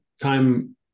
time